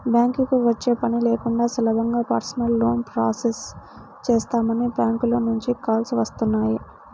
బ్యాంకుకి వచ్చే పని లేకుండా సులభంగా పర్సనల్ లోన్ ప్రాసెస్ చేస్తామని బ్యాంకుల నుంచి కాల్స్ వస్తున్నాయి